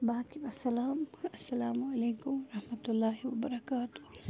باقی وَسلام اَلسَلامُ علیکُم وَرحمَتُہ للہِ وَبَرکاتہوٗ